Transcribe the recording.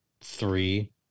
three